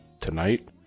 Tonight